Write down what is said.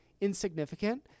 insignificant